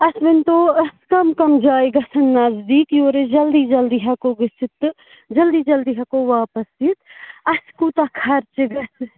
اَسہِ ؤنۍ تَو اَسہِ کم کم جایہِ گژھَن نزدیٖک یور أسۍ جلدی جلدی ہٮ۪کَو گٔژِتھ تہِ جلدی جلدی ہٮ۪کَو واپَس یِتھ اَسہِ کوٗتاہ خرچہ گژھِ